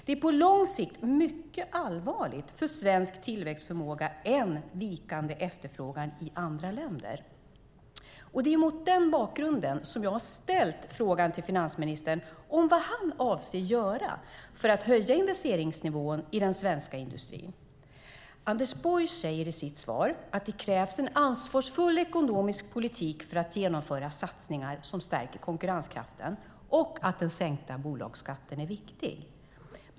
Det är på lång sikt mycket allvarligare för svensk tillväxtförmåga än vikande efterfrågan i andra länder. Det är mot den bakgrunden som jag har ställt frågan till finansministern om vad han avser att göra för att höja investeringsnivån i den svenska industrin. Anders Borg säger i sitt svar att det krävs en ansvarsfull ekonomisk politik för att genomföra satsningar som stärker konkurrenskraften och att den sänkta bolagsskatten är viktig.